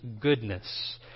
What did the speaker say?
goodness